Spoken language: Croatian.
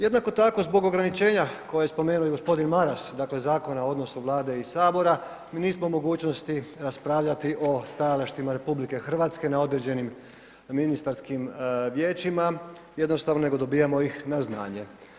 Jednako tako zbog ograničenja koje je spomenuo i g. Maras, dakle Zakona o odnosu Vlade i HS mi nismo u mogućnosti raspravljati o stajalištima RH na određenim ministarskim vijećima, jednostavno nego dobijamo ih na znanje.